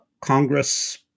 Congress